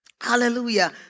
Hallelujah